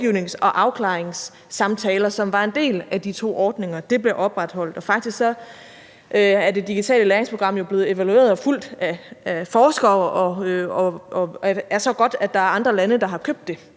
rådgivnings- og afklaringssamtaler, som var en del af de to ordninger. De bliver opretholdt. Faktisk er det digitale læringsprogram jo blevet evalueret og fulgt af forskere, og det er så godt, at andre lande har købt det.